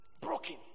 Broken